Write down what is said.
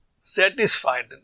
satisfied